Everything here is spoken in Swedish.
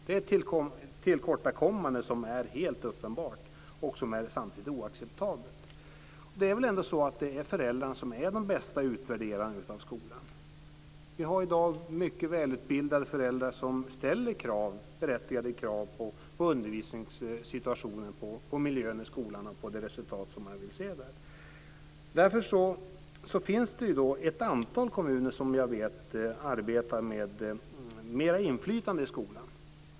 Det är ett tillkortakommande som är helt uppenbart och samtidigt oacceptabelt. Det är väl ändå så att föräldrarna är de bästa utvärderarna av skolan. Vi har i dag mycket välutbildade föräldrar som ställer berättigade krav på undervisningssituationen, på miljön i skolan och på det resultat som de vill se där. Jag vet att det finns ett antal kommuner som arbetar för ett ökat inflytande i skolan.